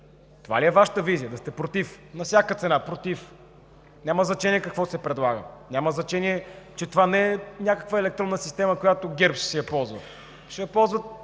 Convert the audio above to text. Това ли е Вашата визия – да сте „против“, на всяка цена „против“? Няма значение какво се предлага, няма значение, че това не е някаква електронна система, която ГЕРБ ще си я ползва – ще я ползват